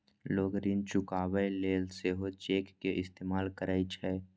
लोग ऋण चुकाबै लेल सेहो चेक के इस्तेमाल करै छै